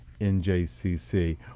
NJCC